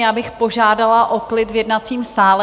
Já bych požádala o klid v jednacím sále.